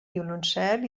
violoncel